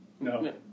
No